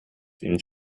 den